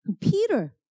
Peter